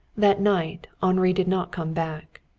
that night henri did not come back.